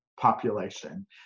population